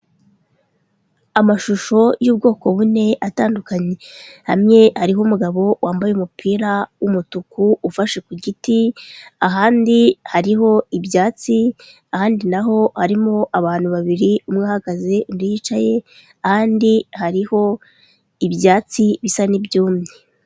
Amashusho y'ubwoko bune atandukanye, hamwe hariho umugabo wambaye umupira w'umutuku ufashe ku giti, ahandi hariho ibyatsi, ahandi na ho harimo abantu babiri umwe uhagaze undi yicaye, ahandi hariho ibyatsi bisa n'ibyumye.